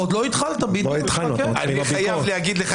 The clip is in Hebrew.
אני חייב לומר לך